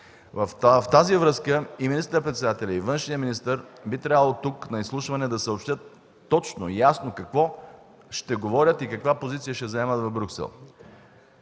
Във връзка с това министър-председателят и външният министър би трябвало на изслушване тук да съобщят точно и ясно какво ще говорят и каква позиция ще заемат в Брюксел.